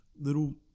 little